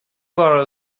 borrow